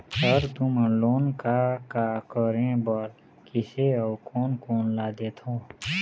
Sir तुमन loan का का करें बर, किसे अउ कोन कोन ला देथों?